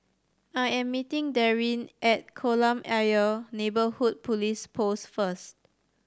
I am meeting Darrin at Kolam Ayer Neighbourhood Police Post first